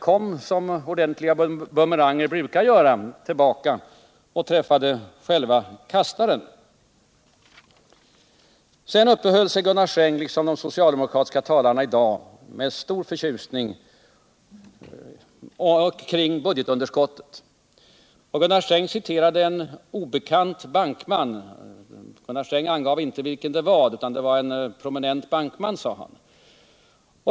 kom — som riktiga bumeranger gör — tillbaka och träffade kastaren själv. Gunnar Sträng, liksom de övriga socialdemokratiska talarna i dag, uppehöll sig med stor förtjusning vid budgetunderskottet. Gunnar Sträng citerade en obekant bankman. Han angav inte vem, bara att det var en prominent bankman.